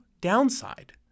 downside